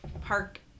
park